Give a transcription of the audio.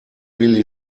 really